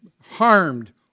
harmed